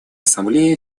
ассамблеи